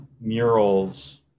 Murals